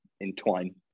entwine